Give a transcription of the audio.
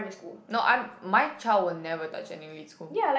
no I'm my child will never touch an elite school